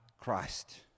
Christ